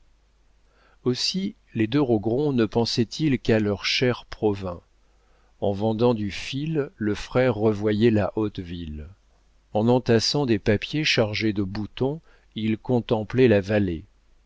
aussi les deux rogron ne pensaient-ils qu'à leur cher provins en vendant du fil le frère revoyait la haute ville en entassant des papiers chargés de boutons il contemplait la vallée